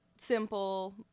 simple